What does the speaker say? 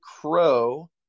Crow